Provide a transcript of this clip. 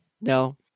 No